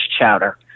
chowder